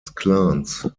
clans